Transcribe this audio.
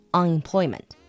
unemployment